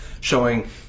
showing